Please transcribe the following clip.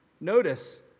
Notice